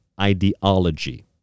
ideology